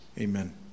amen